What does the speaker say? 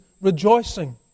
rejoicing